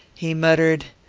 he muttered,